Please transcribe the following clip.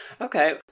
Okay